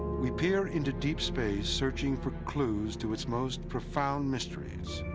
we peer into deep space searching for clues to its most profound mysteries